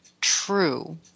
true